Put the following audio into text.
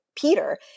Peter